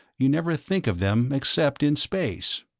you never think of them except in space.